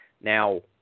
Now